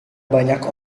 banyak